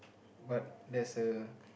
but there's a